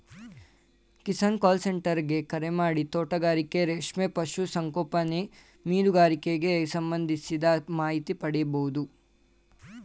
Kisan call centre ಗೆ ಕರೆಮಾಡಿ ತೋಟಗಾರಿಕೆ ರೇಷ್ಮೆ ಪಶು ಸಂಗೋಪನೆ ಮೀನುಗಾರಿಕೆಗ್ ಸಂಬಂಧಿಸಿದ ಮಾಹಿತಿ ಪಡಿಬೋದು